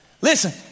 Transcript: Listen